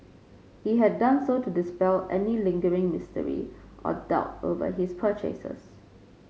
he had done so to dispel any lingering mystery or doubt over his purchases